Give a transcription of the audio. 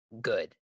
good